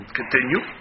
continue